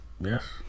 Yes